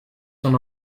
son